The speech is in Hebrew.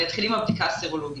אני אתחיל עם הבדיקה הסרולוגית.